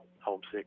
homesick